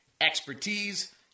expertise